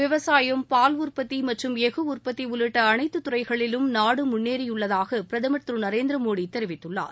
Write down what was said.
விவசாயம் பால் உற்பத்தி மற்றும் எஃகு உற்பத்தி உள்ளிட்ட அனைத்து துறைகளிலும் நாடு முன்னேறியுள்ளதாக பிரதமர் திரு நரேந்திர மோடி தெரிவித்துள்ளார்